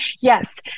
Yes